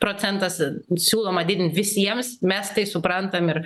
procentas siūloma didinti visiems mes tai suprantam ir